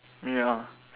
ya